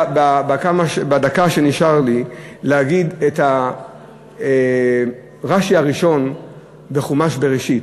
בדקה שנשארה לי אלא להגיד את הרש"י הראשון בחומש בראשית,